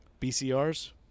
BCRs